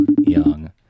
Young